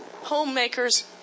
homemakers